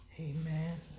Amen